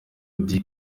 auddy